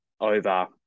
over